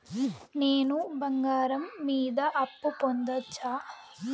నేను బంగారం మీద అప్పు పొందొచ్చా?